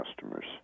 customers